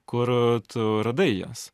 kur tu radai jas